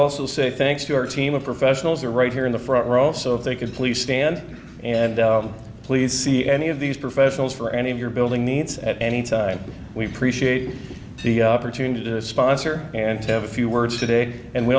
also say thanks to our team of professionals are right here in the front row so if they could please stand and please see any of these professionals for any of your building needs at any time we appreciate the opportunity to sponsor and have a few words today and we